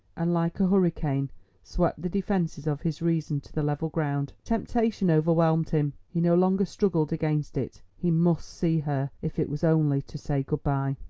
and like a hurricane swept the defences of his reason to the level ground. temptation overwhelmed him he no longer struggled against it. he must see her, if it was only to say good-bye.